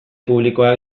publikoak